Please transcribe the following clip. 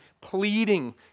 pleading